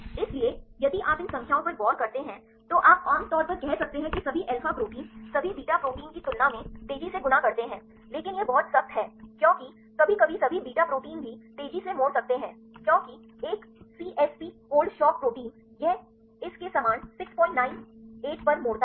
इसलिए यदि आप इन संख्याओं पर गौर करते हैं तो आप आम तौर पर कह सकते हैं कि सभी अल्फा प्रोटीन सभी बीटा प्रोटीन की तुलना में तेजी से गुना करते हैं लेकिन यह बहुत सख्त है क्योंकि कभी कभी सभी बीटा प्रोटीन भी तेजी से मोड़ सकते हैं क्योंकि एक सीएसपी कोल्ड शॉक प्रोटीन यह इस के समान 698 पर मोड़ता है